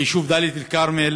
היישוב דאלית-אלכרמל